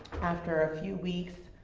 after a few weeks,